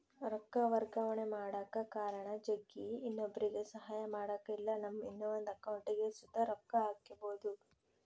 ರೊಕ್ಕ ವರ್ಗಾವಣೆ ಮಾಡಕ ಕಾರಣ ಜಗ್ಗಿ, ಇನ್ನೊಬ್ರುಗೆ ಸಹಾಯ ಮಾಡಕ ಇಲ್ಲಾ ನಮ್ಮ ಇನವಂದ್ ಅಕೌಂಟಿಗ್ ಸುತ ರೊಕ್ಕ ಹಾಕ್ಕ್ಯಬೋದು